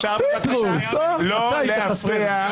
לא בטוח ------ לא להפריע.